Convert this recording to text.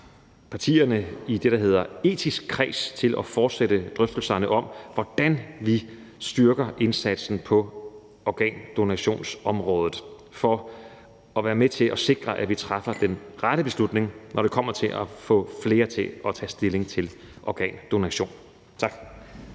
partierne i det, der hedder etisk kreds, til at fortsætte drøftelserne om, hvordan vi styrker indsatsen på organdonationsområdet, for at være med til at sikre, at vi træffer den rette beslutning, når det kommer til at få flere til at tage stilling til organdonation. Tak.